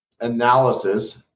analysis